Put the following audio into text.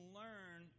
learn